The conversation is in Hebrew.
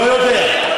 לא יודע,